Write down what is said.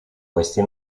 questi